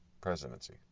presidency